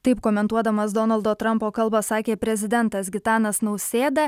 taip komentuodamas donaldo trampo kalbą sakė prezidentas gitanas nausėda